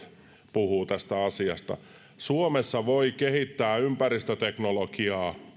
puhuvat tästä asiasta suomessa voi kehittää ympäristöteknologiaa